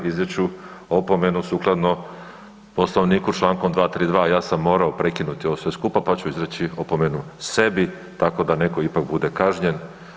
Izreći ću opomenu sukladno Poslovniku člankom 232. ja sam morao prekinuti ovo sve skupa pa ću izreći opomenu sebi tako da netko ipak bude kažnjen.